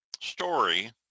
story